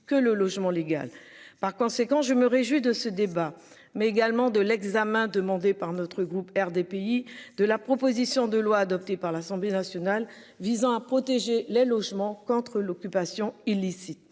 que le logement légale. Par conséquent, je me réjouis de ce débat, mais également de l'examen demandé par notre groupe RDPI de la proposition de loi adoptée par l'Assemblée nationale visant à protéger les logements contre l'occupation illicite.